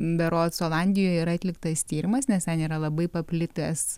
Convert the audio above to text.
berods olandijoj yra atliktas tyrimas nes ten yra labai paplitęs